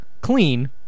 clean